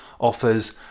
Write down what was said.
offers